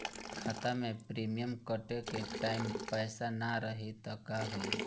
खाता मे प्रीमियम कटे के टाइम पैसा ना रही त का होई?